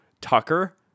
Tucker